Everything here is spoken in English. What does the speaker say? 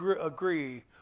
agree